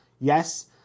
yes